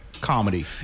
Comedy